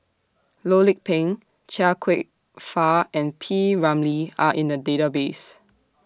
Loh Lik Peng Chia Kwek Fah and P Ramlee Are in The Database